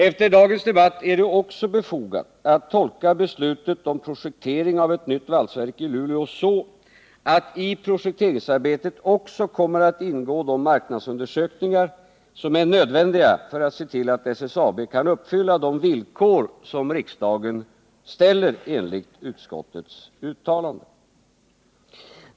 Efter dagens debatt är det också befogat att tolka beslutet om projektering av ett nytt valsverk i Luleå så att i projekteringsarbetet också kommer att ingå de marknadsundersökningar som är nödvändiga för att man skall kunna se till att SSAB kan uppfylla de villkor riksdagen ställer enligt utskottets hemställan.